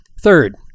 third